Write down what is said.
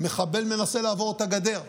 מחבל מנסה לעבור את הגדר,